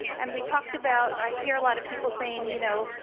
and we talked about i hear a lot of people saying, you know,